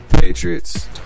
Patriots